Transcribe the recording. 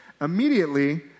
Immediately